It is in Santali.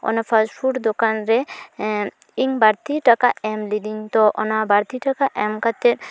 ᱚᱱᱟ ᱯᱷᱟᱴᱥᱯᱷᱩᱰ ᱫᱳᱠᱟᱱᱨᱮ ᱤᱧ ᱵᱟᱹᱲᱛᱤ ᱴᱟᱠᱟ ᱮᱢ ᱞᱤᱫᱟᱹᱧ ᱛᱚ ᱚᱱᱟ ᱵᱟᱹᱲᱛᱤ ᱴᱟᱠᱟ ᱮᱢ ᱠᱟᱛᱮᱫ